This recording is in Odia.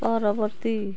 ପରବର୍ତ୍ତୀ